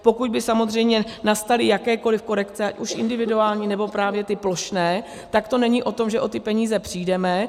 Pokud by samozřejmě nastaly jakékoliv korekce, ať už individuální, nebo právě ty plošné, tak to není o tom, že o ty peníze přijdeme.